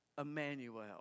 Emmanuel